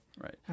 Right